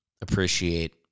appreciate